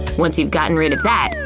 once you've gotten rid of that,